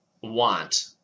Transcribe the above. want